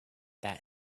that